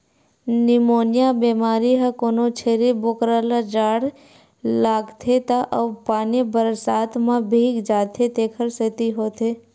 pneumonia बेमारी ह कोनो छेरी बोकरा ल जाड़ लागथे त अउ पानी बरसात म भीग जाथे तेखर सेती होथे